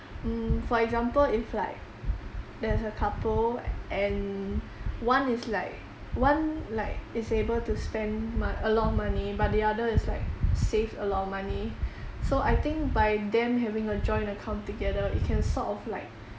mm for example if like there's a couple and one is like one like is able to spend mon~ a lot of money but the other is like save a lot of money so I think by them having a joint account together it can sort of like